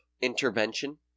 intervention